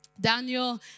Daniel